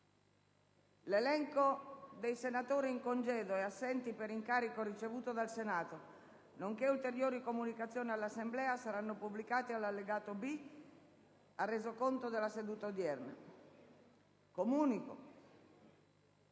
L'elenco dei senatori in congedo e assenti per incarico ricevuto dal Senato, nonché ulteriori comunicazioni all'Assemblea saranno pubblicati nell'allegato B al Resoconto della seduta odierna.